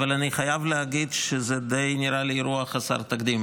אבל אני חייב להגיד שזה נראה לי אירוע די חסר תקדים,